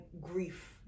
grief